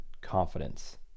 confidence